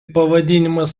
pavadinimas